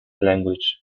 language